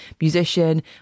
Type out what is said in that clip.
musician